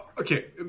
Okay